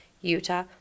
Utah